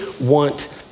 want